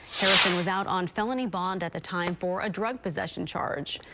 harrison was out on felony bond at the time for a drug possession charge.